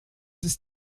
ist